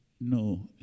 No